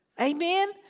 Amen